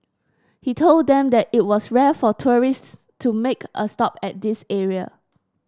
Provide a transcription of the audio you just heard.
he told them that it was rare for tourists to make a stop at this area